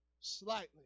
slightly